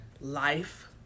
life